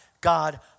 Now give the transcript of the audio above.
God